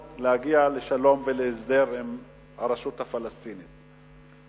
להגיע לשלום ולהסדר עם הרשות הפלסטינית.